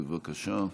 בבקשה.